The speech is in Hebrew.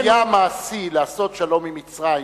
כאשר היה מעשי לעשות שלום עם מצרים,